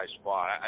spot